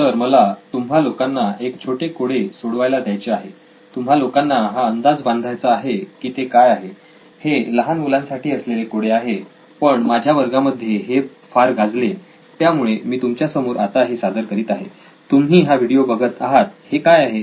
तर मला तुम्हा लोकांना एक छोटे कोडे सोडवायला द्यायचे आहे तुम्हा लोकांना हा अंदाज बांधायचा आहे की ते काय आहे हे लहान मुलांसाठी असलेले कोडे आहे पण माझ्या वर्गांमध्ये हे फार गाजले त्यामुळे मी तुमच्या समोर आता हे सादर करत आहे तुम्ही हा व्हिडिओ बघत आहात हे काय आहे